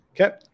Okay